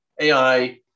AI